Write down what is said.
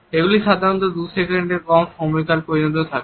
এগুলি সাধারণত দু সেকেন্ডের কম সময়কাল পর্যন্ত থাকে